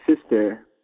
sister